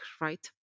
right